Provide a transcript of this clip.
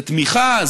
זה תמיכה,